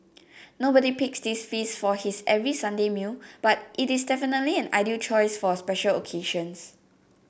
nobody picks this feast for his every Sunday meal but it is definitely an ideal choice for special occasions